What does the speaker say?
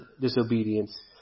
disobedience